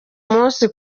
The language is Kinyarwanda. munsi